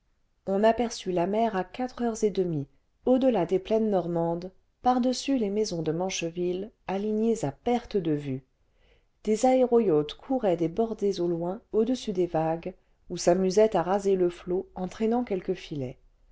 on aperçut la mer à quatre heures et demie au delà des plaines normandes par-dessus les maisons de mancheville alignées à perte de vue des aéro yachts couraient des bordées au loin au de ssus des vagues ou s'amusaient à raser le flot en traînant quelques filets